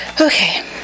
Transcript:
Okay